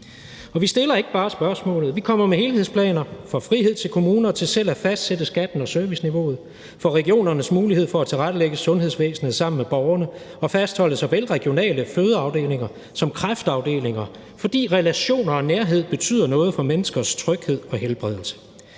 vi stiller ikke bare spørgsmålet, men vi kommer med helhedsplaner for frihed til kommunerne til selv at fastsætte skatten og serviceniveauet, for regionernes mulighed for at tilrettelægge sundhedsvæsenet sammen med borgerne og fastholde såvel regionale fødeafdelinger som kræftafdelinger, fordi relationer og nærhed betyder noget for menneskers tryghed og helbredelse.